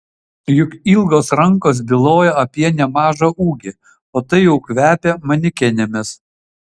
juk ilgos rankos byloja apie nemažą ūgį o tai jau kvepia manekenėmis